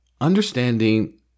understanding